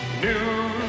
New